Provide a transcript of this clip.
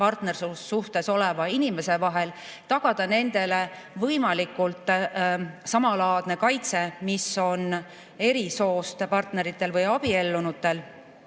partnerlussuhtes oleva inimese vahel, tagada nendele võimalikult samalaadne kaitse, nagu on eri soost partneritel või abiellunutel.